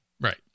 Right